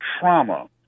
trauma